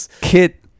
Kit